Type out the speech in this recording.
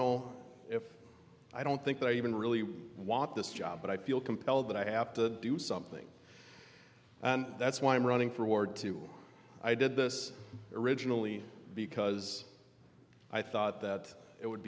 know if i don't think i even really want this job but i feel compelled that i have to do something and that's why i'm running for ward two i did this originally because i thought that it would